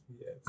Yes